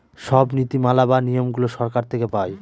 সব নীতি মালা বা নিয়মগুলো সরকার থেকে পায়